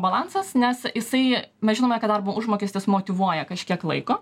balansas nes jisai mes žinome kad darbo užmokestis motyvuoja kažkiek laiko